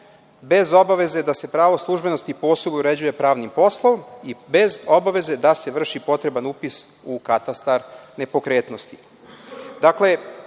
bez obaveze da se pravo službenosti posebno uređuje pravnim poslom i bez obaveze da se vrši potreban upis u katastar nepokretnosti. Dakle,